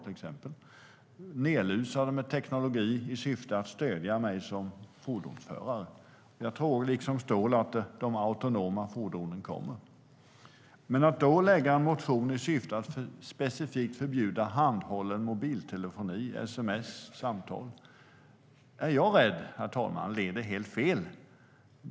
Bilarna är nedlusade med teknologi i syfte att stödja mig som fordonsförare. Jag tror liksom Ståhl att de autonoma fordonen kommer. Men att då väcka en motion i syfta att specifikt förbjuda handhållen mobiltelefoni, sms och samtal, leder, är jag rädd, helt fel.